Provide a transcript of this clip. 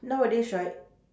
nowadays right